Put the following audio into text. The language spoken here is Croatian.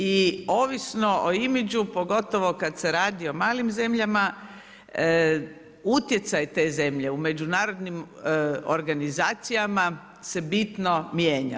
I ovisno o imidžu pogotovo kad se radi o malim zemljama utjecaj te zemlje u međunarodnim organizacijama se bitno mijenja.